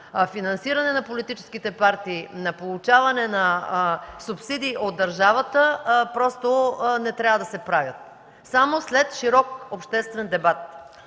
финансиране на политическите партии на получаване на субсидии от държавата просто не трябва да се правят, а само след широк обществен дебат.